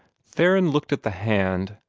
theron looked at the hand,